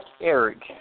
Eric